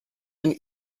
and